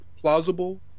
plausible